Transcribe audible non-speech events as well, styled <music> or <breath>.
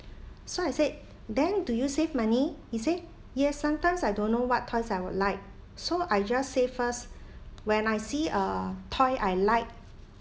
so I said then do you save money he said yes sometimes I don't know what toys I would like so I just save first <breath> when I see a toy I like